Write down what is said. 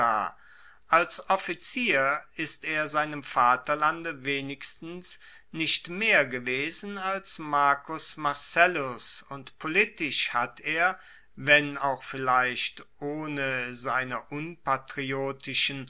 als offizier ist er seinem vaterlande wenigstens nicht mehr gewesen als marcus marcellus und politisch hat er wenn auch vielleicht ohne seiner unpatriotischen